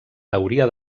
teoria